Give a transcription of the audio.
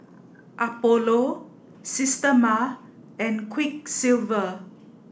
Apollo Systema and Quiksilver